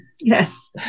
Yes